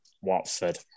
Watford